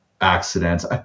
accidents